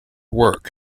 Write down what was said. work